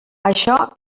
això